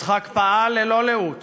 יצחק פעל ללא לאות